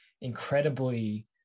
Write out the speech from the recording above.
incredibly